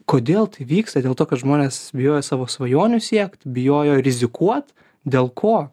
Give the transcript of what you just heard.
kodėl tai vyksta dėl to kad žmonės bijojo savo svajonių siekti bijojo rizikuot dėl ko